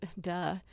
duh